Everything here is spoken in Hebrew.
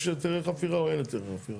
יש היתרי חפירה או אין היתרי חפירה?